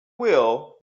will